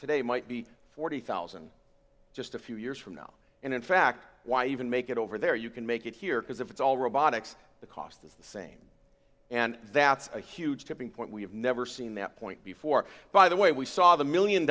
today might be forty thousand just a few years from now and in fact why even make it over there you can make it here because if it's all robotics the cost is the same and that's a huge tipping point we have never seen that point before by the way we saw the one million